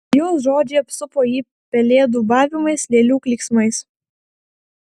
jos žodžiai apsupo jį pelėdų ūbavimais lėlių klyksmais